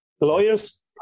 lawyers